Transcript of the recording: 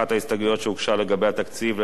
אחת ההסתייגויות שהוגשה לגבי התקציב,